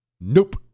Nope